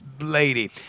lady